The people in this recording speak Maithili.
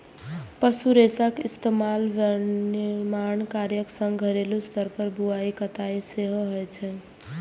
पशु रेशाक इस्तेमाल विनिर्माण कार्यक संग घरेलू स्तर पर बुनाइ कताइ मे सेहो होइ छै